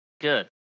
good